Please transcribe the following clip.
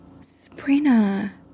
Sabrina